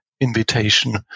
invitation